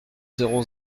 zéro